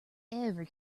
every